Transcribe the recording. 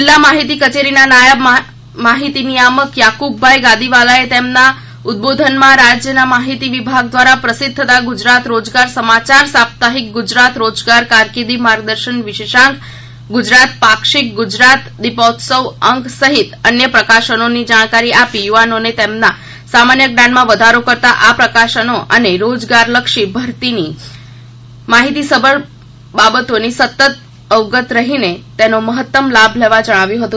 જિલ્લા માહિતી કચેરીના નાયબ માહિતી નિયામક યાકુબભાઇ ગાદીવાલાએ તેમના ઉદબોધનમાં રાજયના માહિતી વિભાગ દ્વારા પ્રસિધ્ધ થતાં ગુજરાત રોજગાર સમાચાર સાપ્તાહિક ગુજરાત રોજગાર કારકિર્દી માર્ગદર્શન વિશેષાંક ગુજરાત પાક્ષિક ગુજરાત દિપોત્સવી અંક સહિત અન્ય પ્રકાશનોની જાણકારી આપી યુવાનોને તેમના સામાન્ય જ્ઞાનમાં વધારો કરતાં આ પ્રકાશનો અને રોજગારલક્ષી ભરતીની માહિતીસભર બાબતોથી સતત અવગત રહીને તેનો મહત્તમ લાભ લેવા જનાવ્યુ હતુ